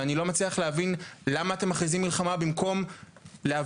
ואני לא מצליח להבין למה אתם מכריזים מלחמה במקום להבין